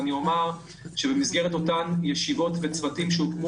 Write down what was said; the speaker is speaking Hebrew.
אומר שבמסגרת הישיבות והצוותים שהוקמו